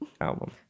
album